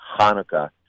Hanukkah